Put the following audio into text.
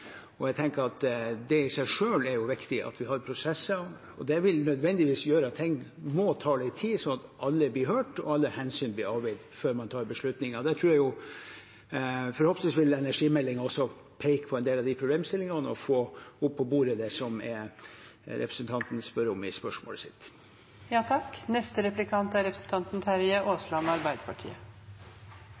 og at man får til gode og forutsigbare spilleregler. Jeg tenker det i seg selv er viktig at vi har prosesser. Det vil nødvendigvis gjøre at ting må ta litt tid, sånn at alle blir hørt og alle hensyn blir avveid før man tar beslutninger. Forhåpentligvis vil energimeldingen også peke på en del av de problemstillingene og få det som representanten spør om, opp på bordet. At vi har et framtidsrettet forvaltningssystem for viktige næringer i Norge, er helt vesentlig. Og jeg